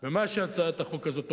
ומה שהצעת החוק הזאת אומרת,